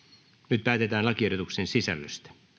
nyt päätetään lakiehdotuksen sisällöstä